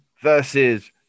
versus